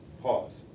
pause